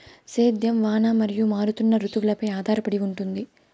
సేద్యం వాన మరియు మారుతున్న రుతువులపై ఆధారపడి ఉంటుంది